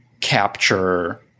capture